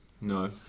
no